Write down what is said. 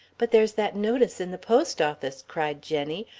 but there's that notice in the post office, cried jenny.